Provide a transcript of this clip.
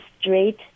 straight